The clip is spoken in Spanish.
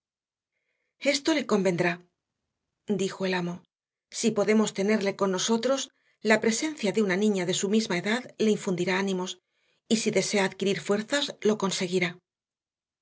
esto le convendrá dijo el amo si podemos tenerle con nosotros la presencia de una niña de su misma edad le infundirá ánimos y si desea adquirir fuerzas lo conseguirá